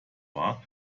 war